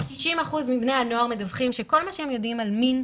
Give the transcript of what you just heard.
שמצביעים על זה